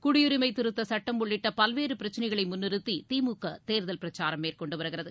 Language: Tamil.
குடியுரிமை திருத்தச் சட்டம் உள்ளிட்ட பல்வேறு பிரச்சினைகளை முன்னிறுத்தி திமுக தேர்தல் பிரச்சாரம் மேற்கொண்டு வருகிறது